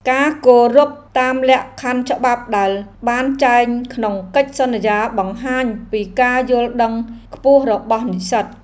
ការគោរពតាមលក្ខខណ្ឌច្បាប់ដែលបានចែងក្នុងកិច្ចសន្យាបង្ហាញពីការយល់ដឹងខ្ពស់របស់និស្សិត។